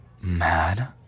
Mad